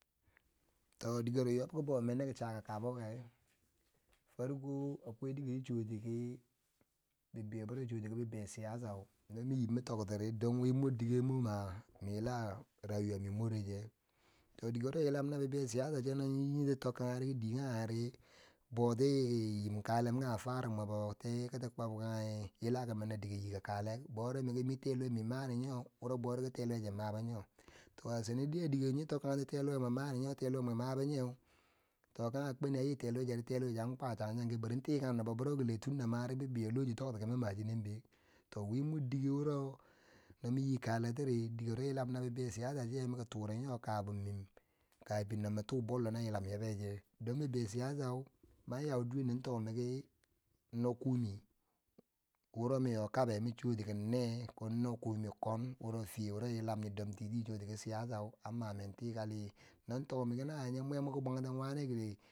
To diker yob ki bo mende ki chaka kabaker farko akwai dike wuro chi chuwuti ki, bibeiyo wuro chi chwuti ki bi bai chiyasau, no min nyim min totiri don wi mor dike mo yila min ma rayuwa mi moreche, to dike wuro yilam na bibei chiyasa cheu no nyo nyim nyo ti tokangeri, bi diye kangeri boutiki nyim kale kange farub mwebori, tai konki kwob kanghy yilan kimen na dike nyika kale, bori miki teluwe mi mami nyo, wuro bori ki teluwe che mabo nyo, tyo a chanadiya dike nyo tokangti tiluwemi mayi nyo tiluwe mwe mabo nyeu, to kange kwin ya nyi teluwe chere, teluweche an kwa chang chang ki bari tikng nob wuro kile tunda mari bibeiyo luche yeu tokti ki min ma chinebeu, to wi mor dike wuro no min nyi kwetiri dike wuro yilam na chiyasa cheu maki ture kaban mim, ka fin nan na tu ballo yila yobeche, don bibei chiyasau man yau duwen tok miki nokume wuro mi yo kabe min chwuti ki ne ko nokumi kon, wo fiye wuro nyon don tibe chuti ki chiyasau, an mamen tikali, no tok miki na weu mwe mwoki bwanten wani kile.